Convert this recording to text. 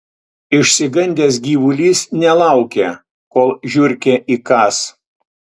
išsigandęs gyvulys nelaukė kol žiurkė įkąs